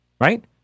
right